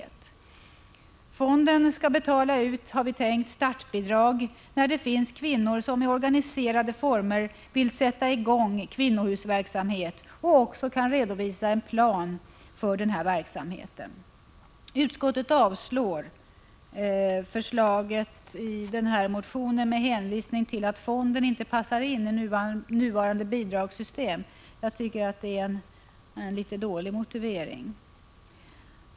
Vi har tänkt att fonden skall betala ut startbidrag när kvinnor i organiserade former vill sätta i gång en kvinnohusverksamhet och också kan redovisa en plan för verksamheten. Utskottet avstyrker förslaget i vpk:s motion i denna fråga med hänvisning till att fonden inte passar in i nuvarande bidragssystem. Jag tycker att det är en dålig motivering.